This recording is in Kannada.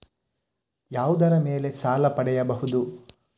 ಯಾವುದರ ಮೇಲೆ ಸಾಲ ಪಡೆಯಬಹುದು?